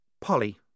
Polly